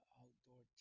outdoor